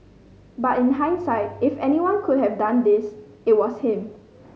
but in hindsight if anyone could have done this it was him